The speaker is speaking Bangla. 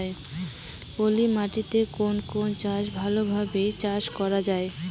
পলি মাটিতে কোন কোন শস্য ভালোভাবে চাষ করা য়ায়?